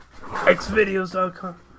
Xvideos.com